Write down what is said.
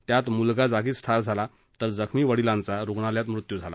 त्यात म्लगा जागीच ठार झाला तर जखमी वडिलांचा रुग्णालयात मृत्यू झाला